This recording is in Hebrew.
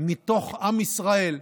מתוך עם ישראל,